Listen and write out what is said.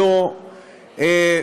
המצב: